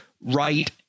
right